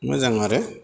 मोजां आरो